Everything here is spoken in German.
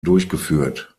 durchgeführt